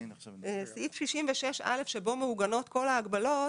בסעיף 66א' שבו מעוגנות כל ההגבלות,